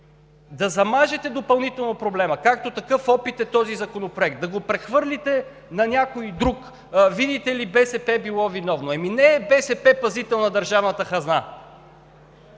да замажете допълнително проблема, какъвто опит е този законопроект – да го прехвърлите на някой друг. Видите ли, БСП било виновно! Не е БСП пазител на държавната хазна,